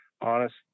honest